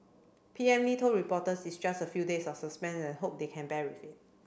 P M Lee told reporters it's just a few days of suspense and hope they can bear with it